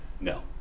No